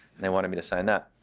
and they wanted me to sign that.